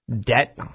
Debt